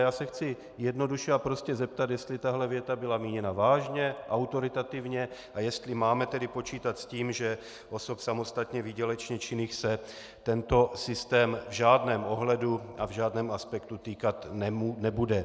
Já se chci jednoduše a prostě zeptat, jestli tahle věta byla míněna vážně, autoritativně a jestli máme tedy počítat s tím, že osob samostatně výdělečně činných se tento systém v žádném ohledu a v žádném aspektu týkat nebude.